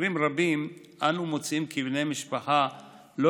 במקרים רבים אנו מוצאים כי בני משפחה לא